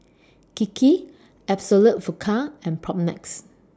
Kiki Absolut Vodka and Propnex